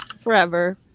forever